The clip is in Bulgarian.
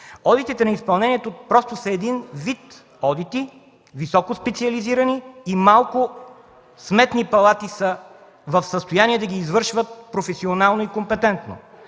Одитите на изпълнението просто са един вид одити, високоспециализирани и малко сметни палати са в състояние да ги извършват професионално и компетентно.